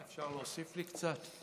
אפשר להוסיף לי קצת?